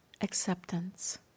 acceptance